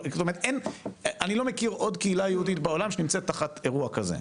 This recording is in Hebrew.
אני לא מכיר עוד קהילה יהודית בעולם שנמצאת תחת אירוע כזה.